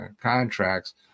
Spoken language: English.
contracts